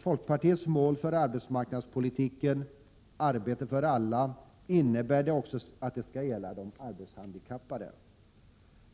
Folkpartiets mål för arbetsmarknadspolitiken, arbete för alla, gäller också de arbetshandikappade.